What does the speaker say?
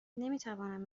نمیتوانم